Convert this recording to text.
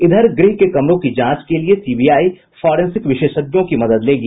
इधर गृह के कमरों की जांच के लिए सीबीआई फारेंसिक विशेषज्ञों की मदद लेगी